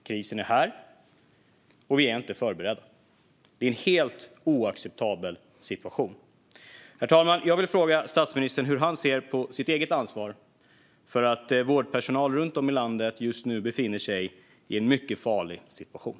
Krisen är här, och vi är inte förberedda. Det är en helt oacceptabel situation. Herr talman! Jag vill fråga statsministern: Hur ser han på sitt eget ansvar för att vårdpersonal runt om i landet just nu befinner sig i en mycket farlig situation?